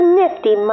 nifty